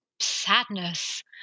sadness